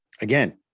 Again